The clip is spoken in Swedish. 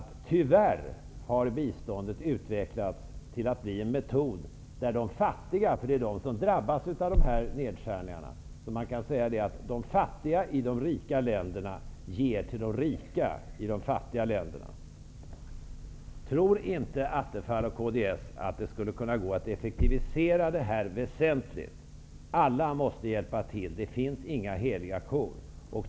Tyvärr har biståndet utvecklats till att bli en metod, där de fattiga -- det är ju de som drabbas av nedskärningarna -- i de rika länderna ger till de rika i de fattiga länderna? Tror inte Stefan Attefall och kds att det skulle kunna gå att väsentligt effektivisera biståndet? Alla måste hjälpa till. Det finns inga heliga kor.